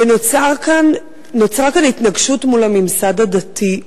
ונוצרה כאן התנגשות מול הממסד הדתי.